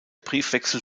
briefwechsel